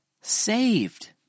saved